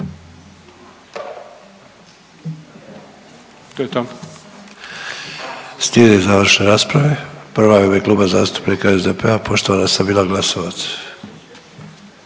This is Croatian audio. To je to.